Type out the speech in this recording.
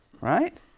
right